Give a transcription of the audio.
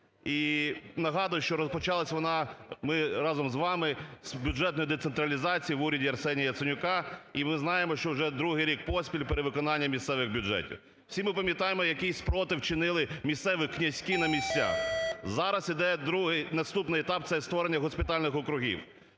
і нагадую, що розпочалась вона, ми разом з вами з бюджетної децентралізації в уряді Арсенія Яценюка. І ми знаємо, що вже другий рік перевиконання місцевих бюджетів. Всі ми пам'ятаємо, який спротив чинили місцеві князькі на місцях, зараз йде другий… наступний етап – це створення госпітальних округів.